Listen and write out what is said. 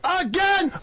again